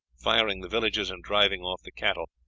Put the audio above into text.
firing the villages and driving off the cattle,